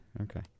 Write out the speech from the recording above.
Okay